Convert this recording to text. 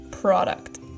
product